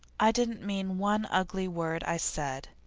i didn't mean one ugly word i said.